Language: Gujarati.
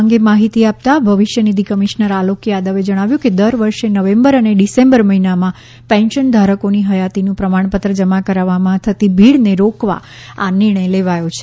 આ અંગે માહિતી આપતા ભવિષ્ય નિધિ કમિશનર આલોક યાદવે જણાવ્યું હતું કે દર વર્ષે નવેમ્બર અને ડિસેમ્બર મહિનામાં પેન્શનધારકોની હયાતીનું પ્રમાણપત્ર જમા કરાવવામાં થતી ભીડને રોકવા આ નિર્ણય લેવામાં આવ્યો છે